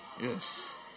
Yes